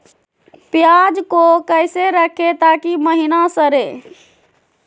प्याज को कैसे रखे ताकि महिना सड़े?